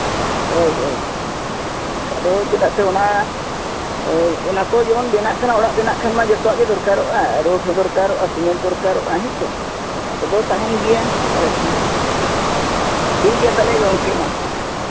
ᱦᱳᱭ ᱦᱳᱭ ᱚᱱᱠᱟ ᱫᱚ ᱪᱮᱫᱟᱜ ᱥᱮ ᱚᱱᱟ ᱚᱱᱟ ᱠᱚ ᱡᱮᱢᱚᱱ ᱵᱮᱱᱟᱜ ᱠᱟᱱᱟ ᱚᱲᱟᱜ ᱵᱮᱱᱟᱜ ᱠᱷᱟᱱ ᱢᱟ ᱡᱚᱛᱚᱣᱟᱜ ᱜᱮ ᱫᱚᱨᱠᱟᱨᱚᱜᱼᱟ ᱨᱚᱰ ᱦᱚᱸ ᱫᱚᱨᱠᱟᱨᱚᱜᱼᱟ ᱥᱤᱢᱮᱱᱴ ᱦᱚᱸ ᱫᱚᱨᱠᱟᱨᱚᱜᱼᱟ ᱦᱮᱸ ᱥᱮ ᱱᱚᱣᱟ ᱠᱚᱫᱚ ᱛᱟᱦᱮᱱ ᱜᱮᱭᱟ ᱟᱞᱮ ᱴᱷᱮᱱ ᱴᱷᱤᱠ ᱜᱮᱭᱟ ᱛᱟᱦᱞᱮ ᱜᱚᱢᱠᱮ ᱛᱟᱦᱞᱮ ᱢᱟ